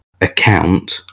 account